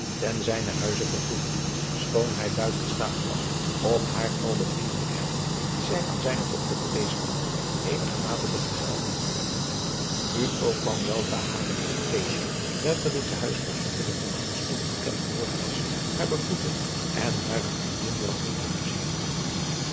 ten zijnen huize vertoeven schoon hij buiten staat was om haar al de vriendelijkheid die zij aan zijne dochter bewezen had eenigermate te vergelden u ook kwam weldra hare nicht welke de te huiskomst van al spoedig bekend geworden was haar begroeten en hare vriendin welkom te huis heeten